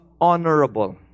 honorable